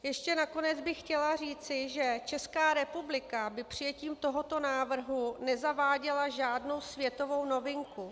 Ještě nakonec bych chtěla říci, že Česká republika by přijetím tohoto návrhu nezaváděla žádnou světovou novinku.